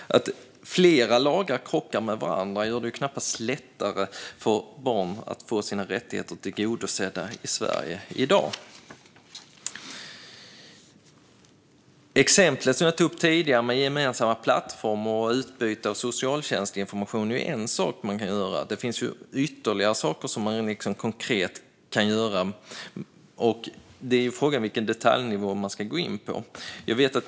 Att flera lagar krockar med varandra gör det knappast lättare för barn att få sina rättigheter tillgodosedda i Sverige i dag. De exempel jag tog upp tidigare om gemensamma plattformar och utbyte av socialtjänstinformation är något man kan göra. Det finns ytterligare saker som man konkret kan göra. Det handlar om vilken detaljnivå man ska ha.